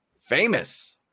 Famous